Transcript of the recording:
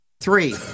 Three